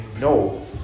No